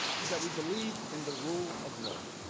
is that, we believe in the rule of law.